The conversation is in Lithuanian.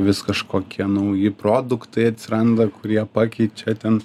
vis kažkokie nauji produktai atsiranda kurie pakeičia ten